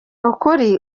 ukuri